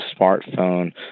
smartphone